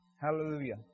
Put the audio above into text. Hallelujah